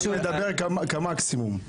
אני מדבר במקסימום.